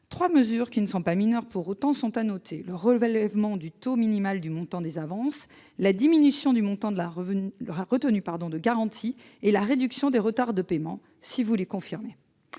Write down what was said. trois mesures qui ne sont pas mineures sont à noter : le relèvement du taux minimal du montant des avances, la diminution du montant de la retenue de garantie et la réduction des retards de paiement. Monsieur le secrétaire